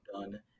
done